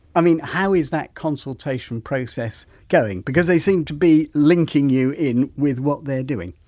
i mean how is that consultation process going because they seem to be linking you in with what they're doing?